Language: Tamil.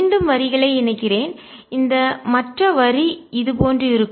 மீண்டும் வரிகளை இணைக்கிறேன் இந்த மற்ற வரி இது போன்று இருக்கும்